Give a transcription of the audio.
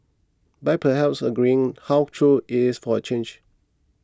by perhaps agreeing how true it is for a change